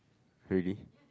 really